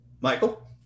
Michael